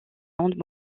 ondes